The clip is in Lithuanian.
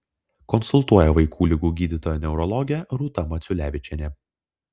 konsultuoja vaikų ligų gydytoja neurologė rūta maciulevičienė